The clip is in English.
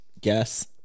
guess